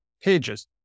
pages